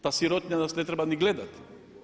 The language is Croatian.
Ta sirotinja nas ne treba ni gledati.